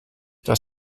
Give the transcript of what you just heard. das